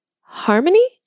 harmony